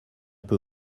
peu